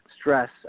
Stress